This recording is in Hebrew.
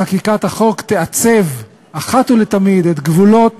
אני מייחל לכך שחקיקת החוק תעצב אחת ולתמיד את גבולות